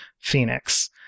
Phoenix